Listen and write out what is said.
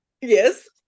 yes